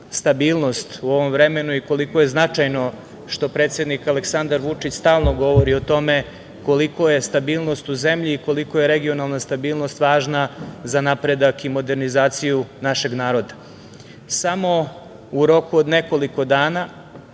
stabilnost u ovom vremenu i koliko je značajno što predsednik Aleksandar Vučić stalno govori o tome koliko je stabilnost u zemlji i regionalna stabilnost važna za napredak i modernizaciju našeg naroda. Samo u roku od nekoliko dana